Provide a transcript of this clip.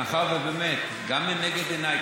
מאחר שגם לנגד עיניי,